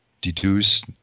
deduce